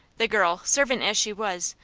the girl, servant as she was,